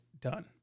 done